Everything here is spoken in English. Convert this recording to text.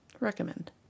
Recommend